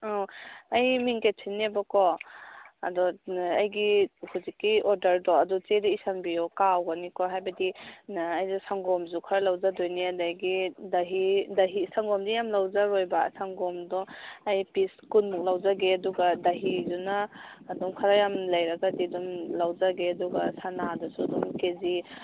ꯑꯪ ꯑꯩ ꯃꯤꯡ ꯀꯦꯊ꯭ꯔꯤꯟꯅꯦꯕꯀꯣ ꯑꯗꯣ ꯑꯩꯒꯤ ꯍꯧꯖꯤꯛꯀꯤ ꯑꯣꯔꯗꯔꯗꯣ ꯑꯗꯨ ꯆꯦꯗ ꯏꯁꯟꯕꯤꯌꯨ ꯀꯥꯎꯒꯅꯤꯀꯣ ꯍꯥꯏꯕꯗꯤ ꯑꯩꯁꯨ ꯁꯪꯒꯣꯝꯁꯨ ꯈꯔ ꯂꯧꯖꯒꯗꯣꯏꯅꯤ ꯑꯗꯒꯤ ꯗꯍꯤ ꯗꯍꯤ ꯁꯪꯒꯣꯝꯗꯤ ꯌꯥꯝ ꯂꯧꯖꯔꯣꯏꯌꯦꯕ ꯁꯪꯒꯣꯝꯗꯣ ꯑꯩ ꯄꯤꯁ ꯀꯨꯟꯃꯨꯛ ꯂꯧꯖꯒꯦ ꯑꯗꯨꯒ ꯗꯍꯤꯗꯨꯅ ꯑꯗꯨꯝ ꯈꯔ ꯌꯥꯝꯅ ꯂꯩꯔꯒꯗꯤ ꯑꯗꯨꯝ ꯂꯧꯖꯒꯦ ꯑꯗꯨꯒ ꯁꯅꯥꯗꯨꯁꯨ ꯑꯗꯨꯝ ꯀꯦꯖꯤ